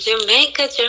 Jamaica